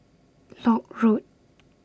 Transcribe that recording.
Lock Road